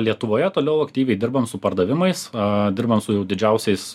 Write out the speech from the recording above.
lietuvoje toliau aktyviai dirbam su pardavimais a dirbant su jau didžiausiais